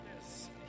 Yes